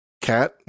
Cat